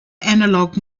analog